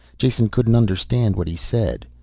jason couldn't understand what he said.